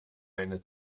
eine